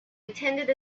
attended